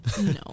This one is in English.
no